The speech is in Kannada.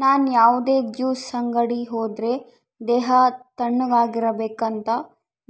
ನನ್ ಯಾವುದೇ ಜ್ಯೂಸ್ ಅಂಗಡಿ ಹೋದ್ರೆ ದೇಹ ತಣ್ಣುಗಿರಬೇಕಂತ